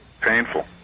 Painful